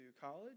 college